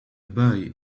boy